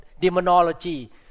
demonology